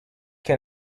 can